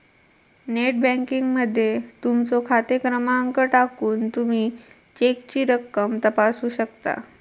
net banking मध्ये तुमचो खाते क्रमांक टाकून तुमी चेकची रक्कम तपासू शकता